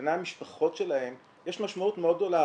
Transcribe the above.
בני המשפחות שלהם יש משמעות מאוד גדולה.